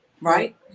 right